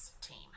team